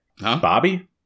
Bobby